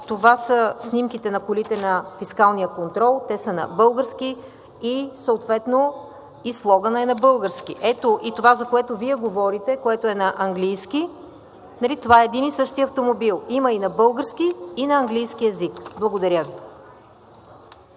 това са снимките на колите на фискалния контрол. (Показва ги.) Те са на български, съответно и слоганът е на български. Ето и това, за което Вие говорите (показва), което е на английски. Това е един и същи автомобил – има и на български, и на английски език. Благодаря Ви.